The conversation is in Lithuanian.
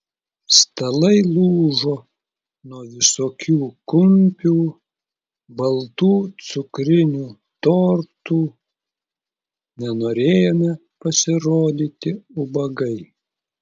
stalai lūžo nuo visokių kumpių baltų cukrinių tortų nenorėjome pasirodyti ubagai